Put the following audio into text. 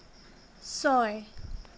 ছয়